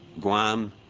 Guam